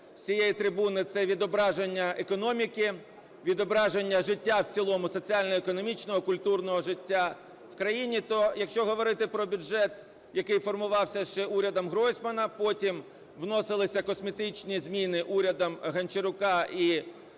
цієї трибуни, це відображення економіки, відображення життя в цілому соціально-економічного, культурного життя в країні, то якщо говорити про бюджет, який формувався ще урядом Гройсмана, потім вносилися косметичні зміни урядом Гончарука, і приймався